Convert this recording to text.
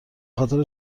خاطر